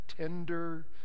tender